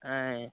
ఆయ్